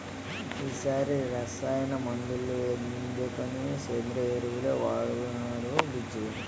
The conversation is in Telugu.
ఈ సారి రసాయన మందులెందుకని సేంద్రియ ఎరువులే వాడేనురా బుజ్జీ